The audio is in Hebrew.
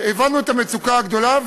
הבנו את המצוקה הגדולה,